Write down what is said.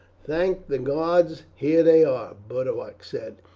thank the gods, here they are! boduoc said.